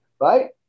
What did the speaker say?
Right